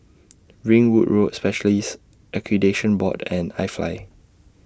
Ringwood Road Specialists Accreditation Board and IFly